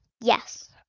Yes